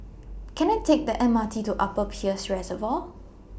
Can I Take The M R T to Upper Peirce Reservoir